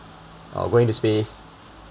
going to space